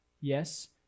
Yes